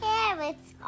Carrots